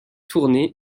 tourné